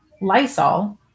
Lysol